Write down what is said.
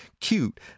cute